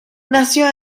nació